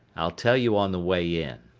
i'll tell you on the way in.